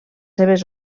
seves